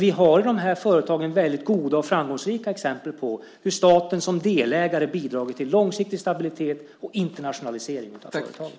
Vi har i dessa företag mycket goda och framgångsrika exempel på hur staten som delägare bidragit till långsiktig stabilitet och internationalisering av företagen.